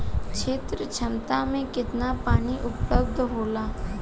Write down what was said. क्षेत्र क्षमता में केतना पानी उपलब्ध होला?